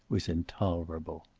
was intolerable.